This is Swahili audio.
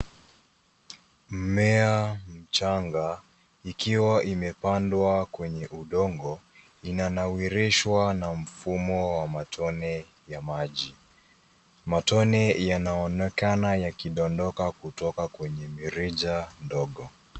Mmea mchanga ikiwa imepandwa kwenye udongo, inanawirishwa na mfumo wa matone ya maji. Matone yanaonekana yakidondoka kutoka kwenye mirija midogo.